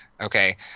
Okay